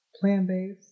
Plant-based